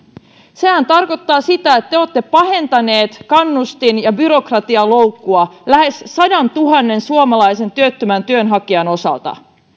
sehän tarkoittaa sitä että te olette pahentaneet kannustin ja byrokratialoukkua lähes sadantuhannen suomalaisen työttömän työnhakijan osalta